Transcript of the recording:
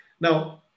Now